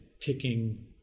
picking